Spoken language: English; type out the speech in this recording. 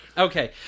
Okay